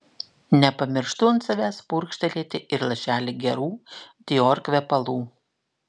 nepamirštu ant savęs purkštelėti ir lašelį gerų dior kvepalų